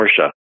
Porsche